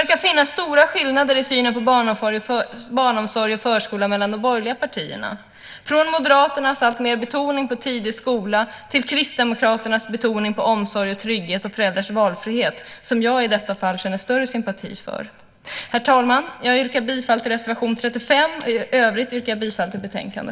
verkar det finnas stora skillnader i synen på barnomsorg och förskola - från Moderaternas allt större betoning på tidig skola till Kristdemokraternas betoning på omsorg, trygghet och föräldrars valfrihet, som jag i detta fall känner större sympati för. Herr talman! Jag yrkar bifall till reservation 35. I övrigt yrkar jag bifall till förslaget i betänkandet.